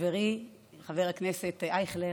חברי חבר הכנסת אייכלר,